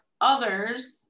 others